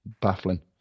baffling